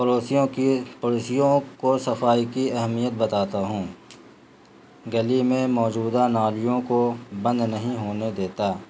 پڑوسیوں کی پڑوسیوں کو صفائی کی اہمیت بتاتا ہوں گلی میں موجودہ نالیوں کو بند نہیں ہونے دیتا